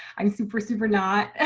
i'm super, super not.